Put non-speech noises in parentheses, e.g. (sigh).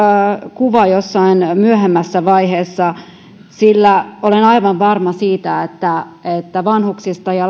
kuva jostain myöhemmästä vaiheesta sillä olen aivan varma siitä että että vanhuksista ja (unintelligible)